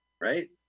Right